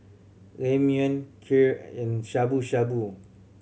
Ramyeon Kheer and Shabu Shabu